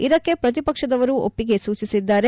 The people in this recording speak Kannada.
ಇದಕ್ಕೆ ಪ್ರತಿಪಕ್ಷದವರು ಒಪ್ಪಿಗೆ ಸೂಚಿಸಿದ್ದಾರೆ